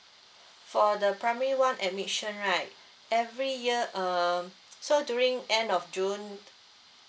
for the primary one admission right every year um so during end of june